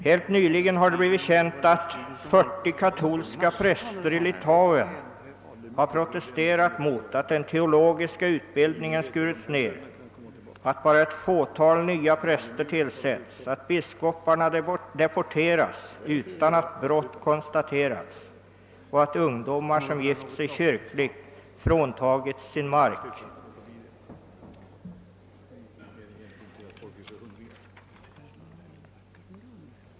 Helt nyligen har det blivit känt att 40 katolska präster i Litauen har protesterat mot att den teologiska utbildningen har skurits ned, att bara ett fåtal nya präser tillsättes, att biskopar deporteras utan att brott har konstaterats och att ungdomar som har gift sig kyrkligt har fråntagits sin mark.